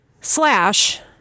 slash